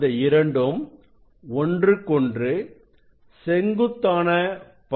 அந்த இரண்டும் ஒன்றுக்கொன்று செங்குத்தான பகுதிகளாகும்